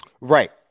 Right